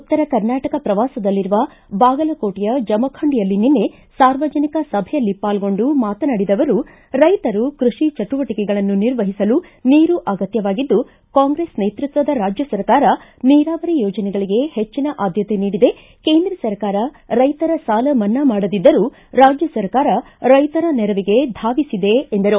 ಉತ್ತರ ಕರ್ನಾಟಕ ಪ್ರವಾಸದಲ್ಲಿರುವ ಬಾಗಲಕೋಟೆಯ ಜಮಖಂಡಿಯಲ್ಲಿ ನಿನ್ನೆ ಸಾರ್ವಜನಿಕ ಸಭೆಯಲ್ಲಿ ಪಾಲ್ಗೊಂಡು ಮಾತನಾಡಿದ ಅವರು ರೈಶರು ಕೃಷಿ ಚಟುವಟಿಕೆಗಳನ್ನು ನಿರ್ವಹಿಸಲು ನೀರು ಅಗತ್ಯವಾಗಿದ್ದು ಕಾಂಗ್ರೆಸ್ ನೇತೃತ್ವದ ರಾಜ್ಯ ಸರ್ಕಾರ ನೀರಾವರಿ ಯೋಜನೆಗಳಿಗೆ ಹೆಚ್ಚಿನ ಆದ್ಯತೆ ನೀಡಿದೆ ಕೇಂದ್ರ ಸರ್ಕಾರ ರೈತರ ಸಾಲ ಮನ್ನಾ ಮಾಡದಿದ್ದರೂ ರಾಜ್ಯ ಸರ್ಕಾರ ರೈತರ ನೆರವಿಗೆ ಧಾವಿಸಿದೆ ಎಂದರು